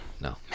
no